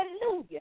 Hallelujah